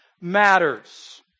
matters